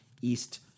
East